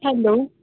hello